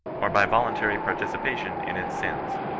or by voluntary participation in its sins.